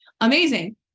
Amazing